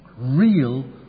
Real